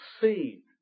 seen